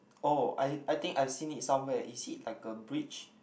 oh I I think I seen it somewhere is it like a bridge